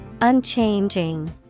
Unchanging